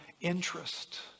interest